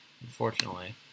unfortunately